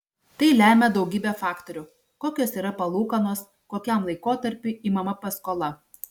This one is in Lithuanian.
tai lemia daugybė faktorių kokios yra palūkanos kokiam laikotarpiui imama paskola